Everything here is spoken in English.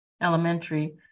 elementary